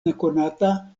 nekonata